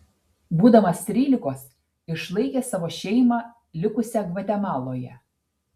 būdamas trylikos išlaikė savo šeimą likusią gvatemaloje